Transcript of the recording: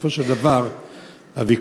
בסופו של דבר הוויכוח,